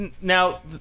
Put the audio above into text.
Now